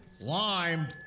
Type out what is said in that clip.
Lime